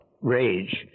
rage